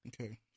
Okay